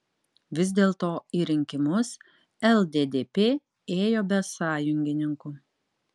vis dėlto į rinkimus lddp ėjo be sąjungininkų